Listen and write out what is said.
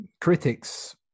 critics